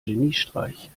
geniestreich